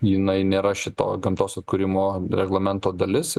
jinai nėra šito gamtos atkūrimo reglamento dalis